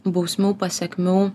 bausmių pasekmių